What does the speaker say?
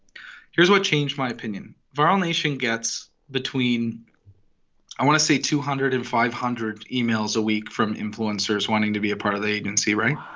here's what changed my opinion. viral nation gets between i want to say two hundred and five hundred emails a week from influencers wanting to be a part of the agency, right?